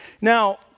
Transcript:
Now